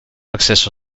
acceso